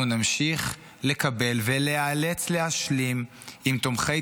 אנחנו נמשיך לקבל ולהיאלץ להשלים עם תומכי